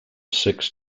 six